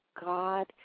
God